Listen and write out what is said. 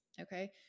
Okay